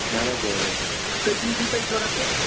اَہَن حظ کٔژمہِ چھُو تۄہہِ ضروٗرت تہٕ